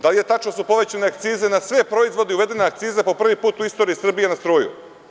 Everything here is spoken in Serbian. Da li je tačno da su povećane akcize na sve proizvode i da je uvedena akciza po prvi put u istoriji Srbije na struju?